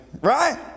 Right